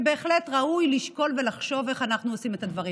ובהחלט ראוי לשקול ולחשוב איך אנחנו עושים את הדברים.